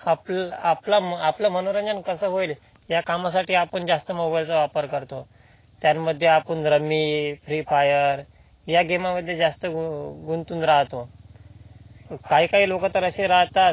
आपल आपला आपलं मनोरंजन कसं होईल या कामासाठी आपण जास्त मोबाईलचा वापर करतो त्यांमध्ये आपण रम्मी फ्री फायर या गेमामध्ये जास्त गु गुंतून राहतो काही काही लोक तर असे राहतात